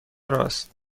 راست